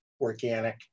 organic